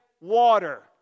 water